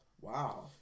Wow